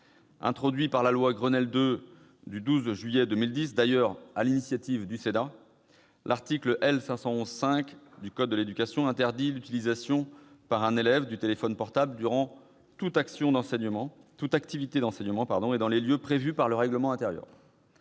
Introduit par la loi Grenelle II du 12 juillet 2010, d'ailleurs sur l'initiative du Sénat, l'article L. 511-5 du code de l'éducation interdit l'utilisation par un élève du téléphone portable « durant toute activité d'enseignement et dans les lieux prévus par le règlement intérieur